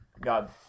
God